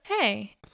Hey